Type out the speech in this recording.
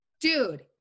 Dude